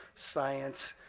science,